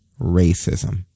racism